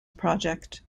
project